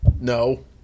no